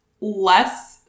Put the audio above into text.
less